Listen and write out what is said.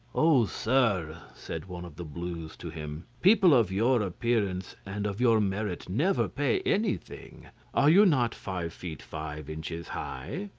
oh, sir, said one of the blues to him, people of your appearance and of your merit never pay anything are you not five feet five inches high?